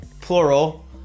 plural